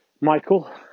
Michael